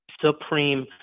supreme